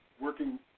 Working